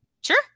Sure